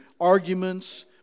arguments